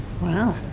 Wow